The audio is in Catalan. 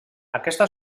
aquesta